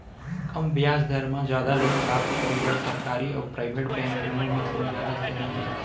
कम ब्याज दर मा जादा लोन प्राप्त करे बर, सरकारी अऊ प्राइवेट बैंक दुनो मा कोन जादा सही हे?